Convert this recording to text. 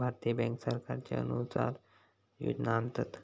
भारतीय बॅन्क सरकारच्या अनुसार योजना आणतत